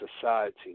society